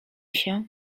się